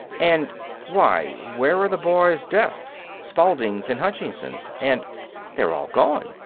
and why, where are the boys' desks? spalding's and hutchinson's, and they're all gone!